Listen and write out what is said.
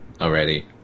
already